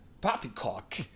Poppycock